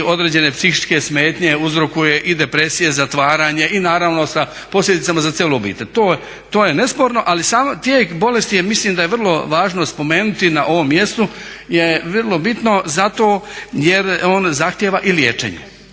određene psihičke smetnje uzrokuje i depresije, zatvaranje i naravno sa posljedicama za cijelu obitelj. To je nesporno. Ali sam tijek bolesti mislim da je vrlo važno spomenuti na ovom mjestu je vrlo bitno zato jer on zahtijeva i liječenje